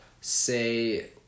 say –